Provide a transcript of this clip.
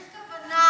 אבל צריך כוונה.